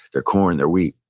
their corn, their wheat,